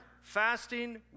fasting